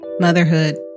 Motherhood